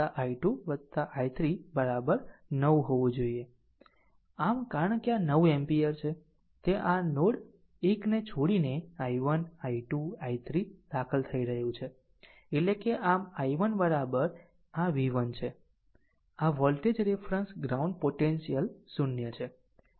આમ કારણ કે આ 9 એમ્પીયર છે તે આ નોડ 1 છોડીને i1 i2 i3 દાખલ થઈ રહ્યું છે એટલે કે આમ i1 આ v1 છે આ વોલ્ટેજ રેફરન્સ ગ્રાઉન્ડ પોટેન્શિયલ 0 છે